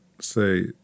say